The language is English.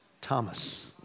Thomas